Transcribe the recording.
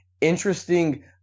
interesting